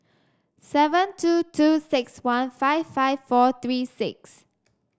seven two two six one five five four three six